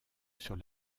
sur